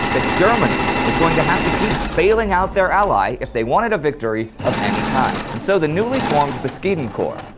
that germany was going to have to keep bailing out their ally if they wanted a victory of any kind. and so the newly formed beskidenkorps,